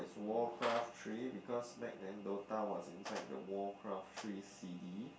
Warcraft three because back then Dota was inside the Warcraft three C_D